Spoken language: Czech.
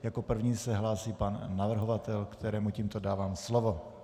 Jako první se hlásí pan navrhovatel, kterému tímto dávám slovo.